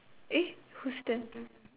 eh who's that